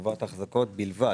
של חברת האחזקות בלבד,